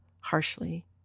harshly